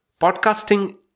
podcasting